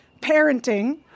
parenting